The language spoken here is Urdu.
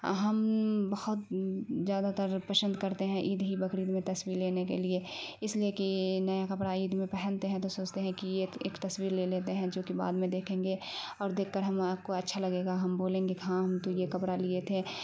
ہم بہت زیادہ تر پسند کرتے ہیں عید ہی بقرید میں تصویر لینے کے لیے اس لیے کہ نیا کپڑا عید میں پہنتے ہیں تو سوچتے ہیں کہ یہ تو ایک تصویر لے لیتے ہیں جوکہ بعد میں دیکھیں گے اور دیکھ کر ہم آپ کو اچھا لگے گا ہم بولیں گے کہ ہاں ہم تو یہ کپڑا لیے تھے